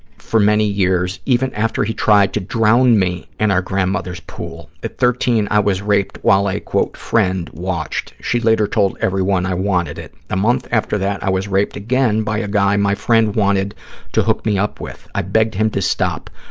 for many years, even after he tried to drown me in our grandmother's pool. at thirteen, i was raped while a, quote, friend watched. she later told everyone i wanted it. a month after that, i was raped again by a guy my friend wanted to hook me up with. i begged him to stop,